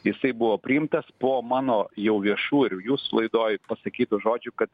jisai buvo priimtas po mano jau viešų ir jūsų laidoj pasakytų žodžių kad